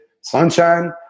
sunshine